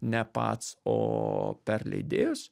ne pats o per leidėjus